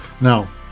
Now